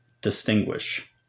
distinguish